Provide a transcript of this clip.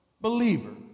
believer